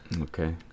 okay